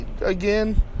again